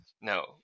No